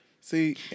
See